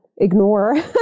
ignore